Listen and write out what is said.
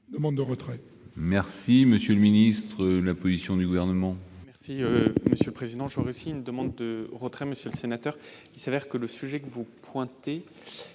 demande le retrait